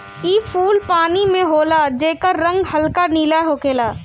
इ फूल पानी में होला जेकर रंग हल्का नीला होखेला